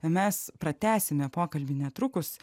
mes pratęsime pokalbį netrukus